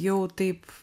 jau taip